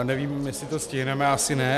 Nevím, jestli to stihneme, asi ne.